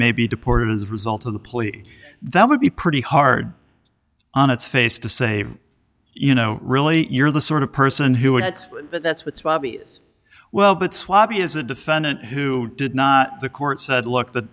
may be deported as a result of the plea that would be pretty hard on its face to save you know really you're the sort of person who would it but that's what's well but sloppy is a defendant who did not the court said look the